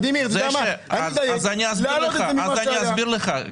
אני אסביר לך.